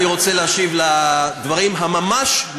אני רוצה להשיב לדברים הממש-לא-מדויקים,